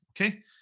okay